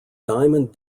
diamond